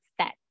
set